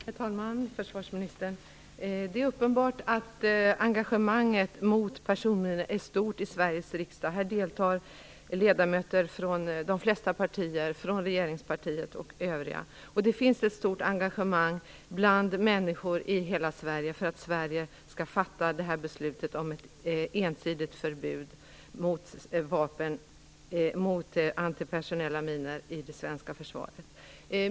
Herr talman! Försvarsministern! Det är uppenbart att engagemanget mot personminor är stort i Sveriges riksdag. Här deltar ledamöter från de flesta partier - från regeringspartiet och övriga. Det finns också ett stort engagemang bland människor i hela Sverige för att Sverige skall fatta beslut om ett ensidigt förbud mot antipersonella minor i det svenska försvaret.